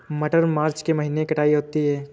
मटर मार्च के महीने कटाई होती है?